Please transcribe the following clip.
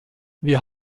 wir